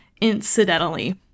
incidentally